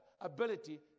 ability